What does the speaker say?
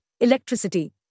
electricity